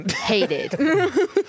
hated